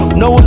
no